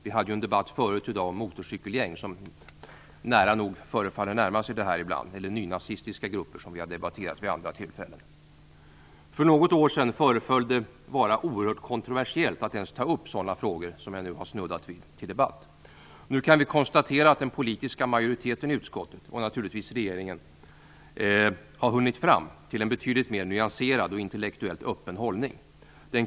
Vi hade en debatt förut i dag om motorcykelgäng som nära nog förefaller närma sig det här ibland, eller nynazistiska grupper som vi har debatterat vid andra tillfällen. För något år sedan föreföll det vara oerhört kontorversiellt att ens ta upp till debatt sådana frågor som vi nu har snuddat vid. Nu kan vi konstatera att den politiska majoriteten i utskottet, och naturligtvis regeringen, har kommit fram till en betydligt mer nyanserad och intellektuellt öppen hållning.